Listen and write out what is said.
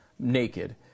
naked